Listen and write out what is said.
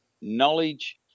knowledge